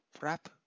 wrap